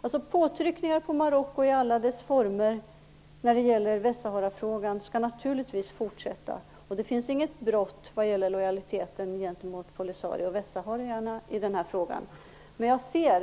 Alla former av påtryckning på Marocko i Västsaharafrågan skall naturligtvis fortsätta. Det finns inget brott vad gäller lojaliteten gentemot Polisario och Västsahara i den här frågan. Men jag vill upprepa